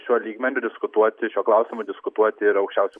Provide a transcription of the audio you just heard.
šiuo lygmeniu diskutuoti šiuo klausimu diskutuoti ir aukščiausiu